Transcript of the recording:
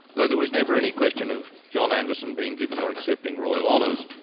though there was never any question of john anderson being given or accepting royal honours.